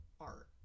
art